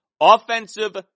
Offensive